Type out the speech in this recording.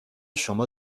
شما